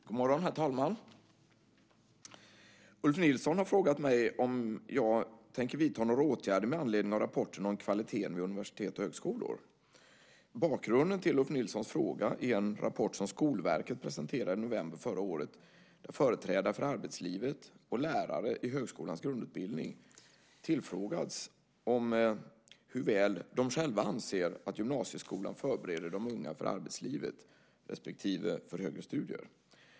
Herr talman! God morgon! Ulf Nilsson har frågat mig om jag tänker vidta några åtgärder med anledning av rapporterna om kvaliteten vid universitet och högskolor. Bakgrunden till Ulf Nilssons fråga är en rapport som Skolverket presenterade i november förra året där företrädare för arbetslivet och lärare i högskolans grundutbildning tillfrågats om hur väl de själva anser att gymnasieskolan förbereder de unga för arbetslivet respektive högre studier.